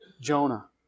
Jonah